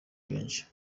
benshi